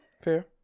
Fair